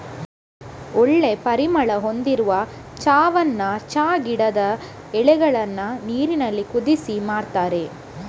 ಒಳ್ಳೆ ಪರಿಮಳ ಹೊಂದಿರುವ ಚಾವನ್ನ ಚಾ ಗಿಡದ ಎಲೆಗಳನ್ನ ನೀರಿನಲ್ಲಿ ಕುದಿಸಿ ಮಾಡ್ತಾರೆ